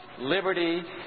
liberty